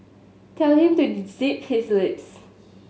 tell him to zip his lips